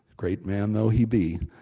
great man though he be,